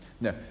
No